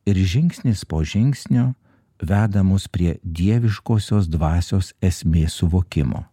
ir žingsnis po žingsnio veda mus prie dieviškosios dvasios esmės suvokimo